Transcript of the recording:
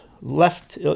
left